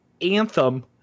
Anthem